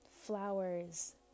flowers